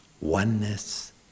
Oneness